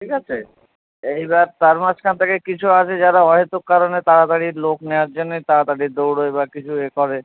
ঠিক আছে এইবার তার মাঝখান থেকে কিছু আছে যারা অহেতুক কারণে তাড়াতাড়ি লোক নেওয়ার জন্যে তাড়াতাড়ি দৌড়োয় বা কিছু এ করে